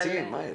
אנחנו יצירתיים.